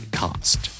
cost